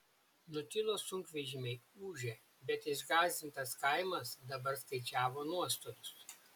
nutilo sunkvežimiai ūžę bet išgąsdintas kaimas dabar skaičiavo nuostolius